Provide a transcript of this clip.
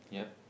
yup